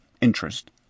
interest